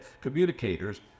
communicators